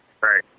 Right